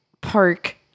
park